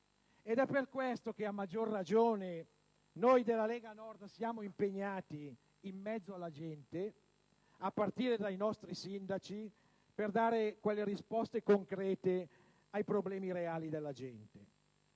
È per questo che, a maggior ragione, noi della Lega Nord siamo impegnati in mezzo alla gente, a partire dai nostri sindaci, per dare risposte concrete ai problemi reali della gente.